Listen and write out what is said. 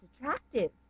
attractive